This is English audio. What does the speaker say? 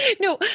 No